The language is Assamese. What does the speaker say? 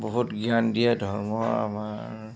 বহুত জ্ঞান দিয়ে ধৰ্ম আমাৰ